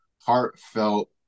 heartfelt